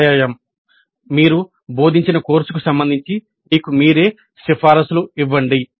వ్యాయామం మీరు బోధించిన కోర్సుకు సంబంధించి మీకు మీరే సిఫార్సులు ఇవ్వండి